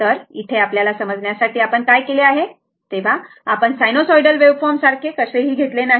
तर येथे आपल्याला समजण्यासाठी आपण काय केले आहे तर आपण साइनोसॉइडल वेव फॉर्म सारख्या कशालाही घेतले नाही